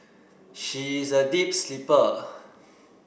she is a deep sleeper